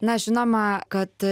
na žinoma kad